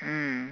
mm